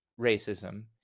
racism